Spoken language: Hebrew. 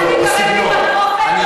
אל תתערב לי בתוכן, בסגנון.